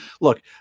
Look